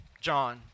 John